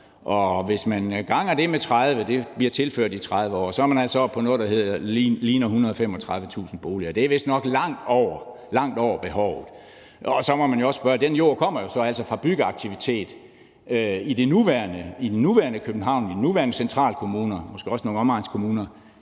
og hvis man ganger det med 30 – det bliver tilført i 30 år – er man altså oppe på noget, der ligner 135.000 boliger. Det er vist nok langt over behovet. Man må også spørge: Når den jord jo altså kommer fra byggeaktivitet i det nuværende København, i det nuværende Storkøbenhavn, men måske også i nogle omegnskommuner